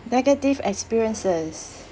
negative experiences